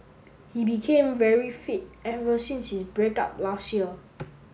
he became very fit ever since his break up last year